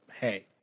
hey